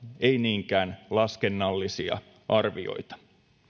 ei niinkään laskennallisia arvioita